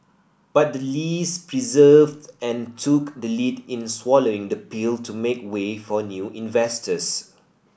but the Lees persevered and took the lead in swallowing the pill to make way for new investors